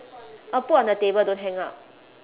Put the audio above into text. oh put on the table don't hang up